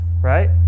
Right